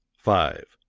five.